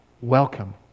welcome